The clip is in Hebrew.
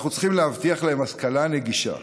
אנחנו צריכים להבטיח להם השכלה נגישה,